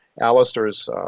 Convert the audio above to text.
Alistair's